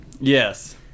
yes